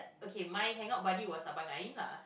okay my hangout buddy was abang Ain